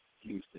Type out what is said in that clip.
Houston